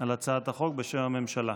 על הצעת החוק בשם הממשלה.